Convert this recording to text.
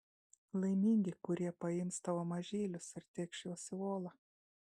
laimingi kurie paims tavo mažylius ir tėkš juos į uolą